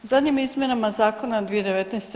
Zadnjim izmjenama zakona 2019.